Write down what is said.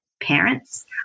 Parents